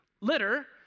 litter